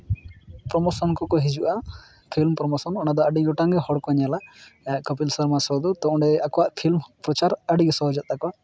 promotion ᱠᱚᱠᱚ ᱦᱤᱡᱩᱜᱼᱟ film promotion ᱚᱱᱟ ᱫᱚ ᱟᱹᱰᱤ ᱜᱚᱴᱟᱝ ᱜᱮ ᱦᱚᱲ ᱠᱚ ᱧᱮᱞᱟ ᱠᱟᱯᱤᱞ ᱥᱚᱨᱢᱟ ᱥᱳ ᱫᱚ ᱛᱚ ᱚᱸᱰᱮ ᱟᱠᱚᱣᱟᱜ ᱯᱷᱤᱞᱢ ᱯᱨᱚᱪᱟᱨᱚᱜ ᱟᱹᱰᱤ ᱥᱚᱦᱚᱡᱚᱜ ᱛᱟᱠᱚᱣᱟ